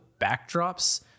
backdrops